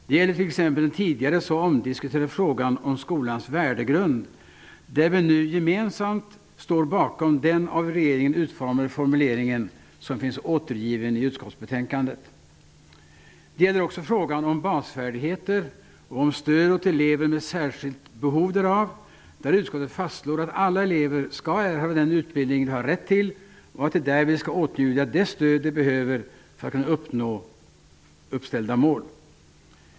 Det gäller t.ex. den tidigare så omdiskuterade frågan om skolans värdegrund. Där står vi nu gemensamt bakom regeringens formulering som finns återgiven i utskottsbetänkandet. Det gäller också frågan om basfärdigheter och stöd åt elever med särskilda behov. Där fastslår utskottet att alla elever skall erhålla den utbildning de har rätt till och att de därvid skall åtnjuta det stöd de behöver för att kunna uppnå uppställda mål.